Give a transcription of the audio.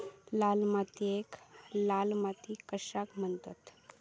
लाल मातीयेक लाल माती कशाक म्हणतत?